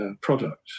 product